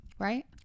Right